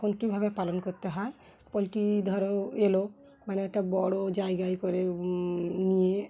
কখন কীভাবে পালন করতে হয় পোলট্রি ধরো এলো মানে একটা বড়ো জায়গায় করে নিয়ে